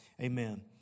Amen